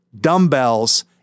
dumbbells